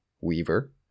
Weaver